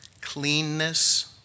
cleanness